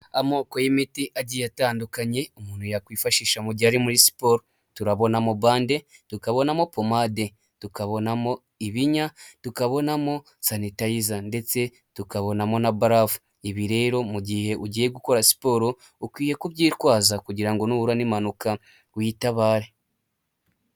Amoko y'imiti agiye atandukanye, umuntu yakwifashisha mu gihe ari muri siporo turabona mo bande, tukabonamo pomade, tukabonamo ibinya, tukabonamo sanitayiza, ndetse tukabonamo na barafu. Ibi rero mu gihe ugiye gukora siporo ukwiye kubyitwaza kugira ngo nuhura n'impanuka witabare.